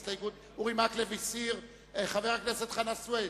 נגד, 66, אין נמנעים.